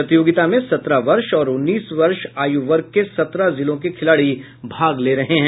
प्रतियोगिता में सत्रह वर्ष और उन्नीस वर्ष आयु वर्ग के सत्रह जिलों के खिलाड़ी भाग ले रहे हैं